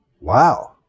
Wow